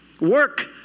Work